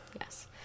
Yes